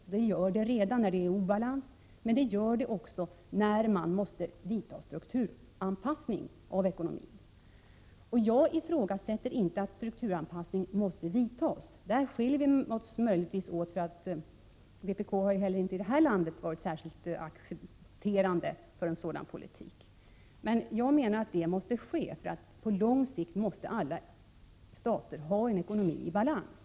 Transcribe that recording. Så sker redan vid obalanser, men det sker också när man måste göra en strukturanpassning av ekonomin. Jag ifrågasätter inte att strukturanpassningar måste göras. På den punkten skiljer vi oss möjligen åt. Vpk har ju inte varit särskilt benäget att acceptera en sådan politik i vårt land. Jag menar att en strukturanpassning måste ske. På lång sikt måste alla stater ha en ekonomi i balans.